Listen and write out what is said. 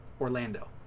Orlando